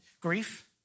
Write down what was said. grief